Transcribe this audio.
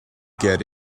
get